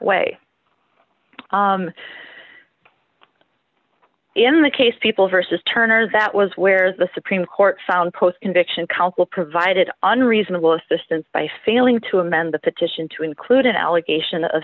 way in the case people versus turner that was where the supreme court found post conviction counsel provided unreasonable assistance by failing to amend the petition to include an allegation of